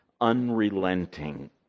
unrelenting